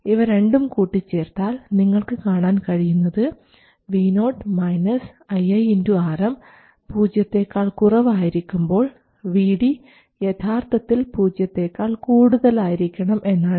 ഇവ രണ്ടും കൂട്ടിച്ചേർത്താൽ നിങ്ങൾക്ക് കാണാൻ കഴിയുന്നത് Vo ii Rm പൂജ്യത്തെക്കാൾ കുറവായിരിക്കുമ്പോൾ Vd യഥാർത്ഥത്തിൽ പൂജ്യത്തെക്കാൾ കൂടുതലായിരിക്കണം എന്നാണ്